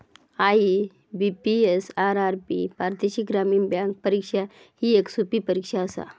IBPS, RRB प्रादेशिक ग्रामीण bank परीक्षा ही येक सोपी परीक्षा आसा